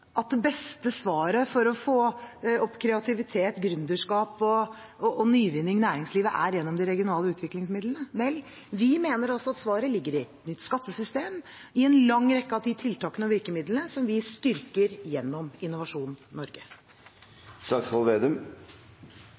at det beste svaret for å få opp kreativitet, gründerskap og nyvinning i næringslivet er gjennom de regionale utviklingsmidlene. Vel, vi mener at svaret ligger i nytt skattesystem, i en lang rekke av de tiltakene og virkemidlene som vi styrker gjennom Innovasjon Norge.